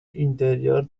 interior